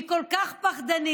היא כל כך פחדנית,